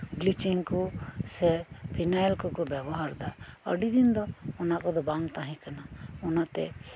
bleaching ᱠᱚ ᱥᱮ phenyl ᱠᱚᱠᱚ ᱵᱮᱵᱚᱦᱟᱨ ᱮᱫᱟ ᱟᱰᱤ ᱫᱤᱱ ᱫᱚ ᱚᱱᱟ ᱠᱚᱫᱚ ᱵᱟᱝ ᱛᱟᱦᱮᱸ ᱠᱟᱱᱟ ᱚᱱᱟᱛᱮ